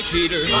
Peter